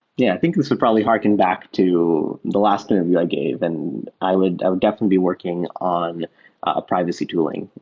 yeah, i think this would probably harken back to the last term yeah i gave, and i would i would definitely working on privacy tooling.